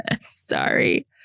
Sorry